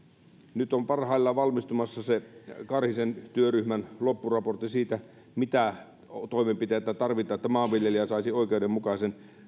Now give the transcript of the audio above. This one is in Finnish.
nyt on parhaillaan valmistumassa karhisen työryhmän loppuraportti siitä mitä toimenpiteitä tarvitaan että maanviljelijä saisi oikeudenmukaisen